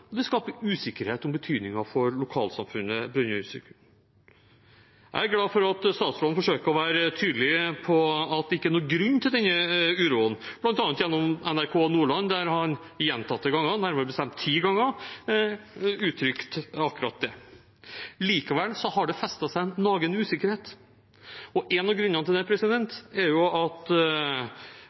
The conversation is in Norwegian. Det skaper usikkerhet om lokalisering, om jobb og om betydningen for lokalsamfunnet Brønnøysund. Jeg er glad for at statsråden forsøker å være tydelig på at det ikke er noen grunn til denne uroen, bl.a. gjennom NRK Nordland, der han gjentatte ganger – nærmere bestemt ti ganger – uttrykte akkurat det. Likevel har det festet seg en nagende usikkerhet, og en av grunnene til det er